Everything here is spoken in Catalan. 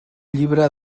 llibre